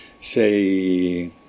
say